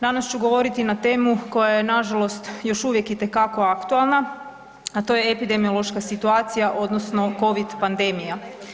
Danas ću govoriti na temu koja je nažalost još uvijek itekako aktualno, a to je epidemiološka situacija odnosno covid pandemija.